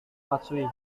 matsui